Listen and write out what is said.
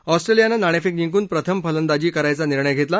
ऑस्ट्रेलियानं नाणेफेक जिंकून प्रथम फलंदाजीचा करायचा निर्णय घेतला